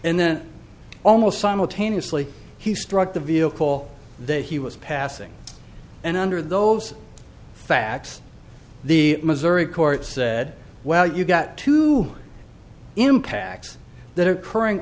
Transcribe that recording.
and then almost simultaneously he struck the vehicle that he was passing and under those facts the missouri court said well you've got to impacts that are occurring